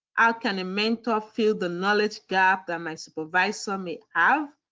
how can a mentor fill the knowledge gap that my supervisor may have?